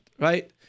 right